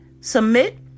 Submit